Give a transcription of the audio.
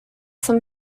some